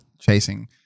chasing